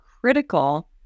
critical